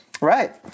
Right